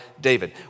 David